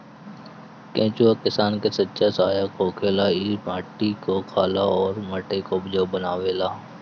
केचुआ किसान के सच्चा सहायक होखेला इ खेत में माटी खाला अउर माटी के उपजाऊ बनावेला